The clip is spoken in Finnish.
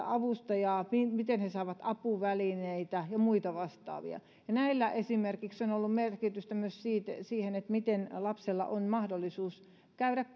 avustajaa miten he saavat apuvälineitä ja muita vastaavia näillä esimerkiksi on ollut merkitystä myös siihen miten lapsella on mahdollisuus käydä